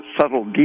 Subtle